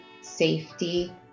safety